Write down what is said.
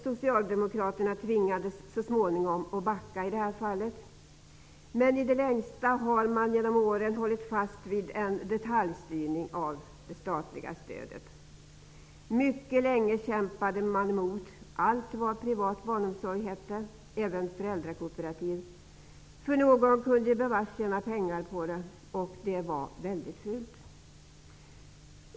Socialdemokraterna tvingades i det här fallet så småningom att backa, men i det längsta har de genom åren hållit fast vid en detaljstyrning av det statliga stödet. Mycket länge kämpade man emot allt vad privat barnomsorg hette, även föräldrakooperativ. Någon kunde ju bevars tjäna pengar på det, och det var mycket fult.